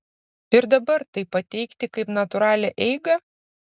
ir dabar tai pateikti kaip natūralią eigą